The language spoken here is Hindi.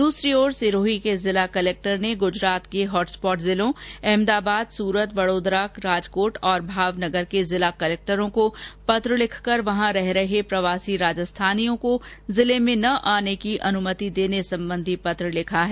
दूसरी ओर सिरोही के जिला कलेक्टर ने गुजरात के हॉटस्पॉट जिलों अहमदाबाद सूरत बड़ोदरा राजकोट और भावनगर के कलेक्टरों को पत्र लिखकर वहां रह रहे प्रवासी राजस्थ्ळाानियों को जिले में न आने की अनुमति देने संबंधी पत्र लिखा है